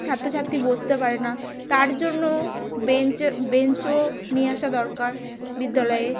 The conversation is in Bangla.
ছাত্র ছাত্রী বসতে পারে না তার জন্য বেঞ্চের বেঞ্চও নিয়ে আসা দরকার বিদ্যালয়ে